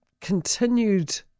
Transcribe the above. continued